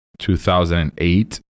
2008